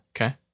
Okay